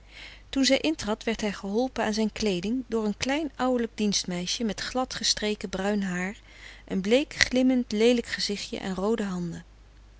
toen zij intrad werd hij geholpen aan zijn kleeding door een klein ouwelijk dienstmeisje met glad gestreken bruin haar een bleek glimmend leelijk gezichtje en roode handen